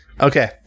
Okay